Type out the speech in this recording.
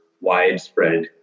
widespread